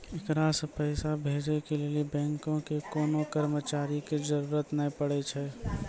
एकरा से पैसा भेजै के लेली बैंको के कोनो कर्मचारी के जरुरत नै पड़ै छै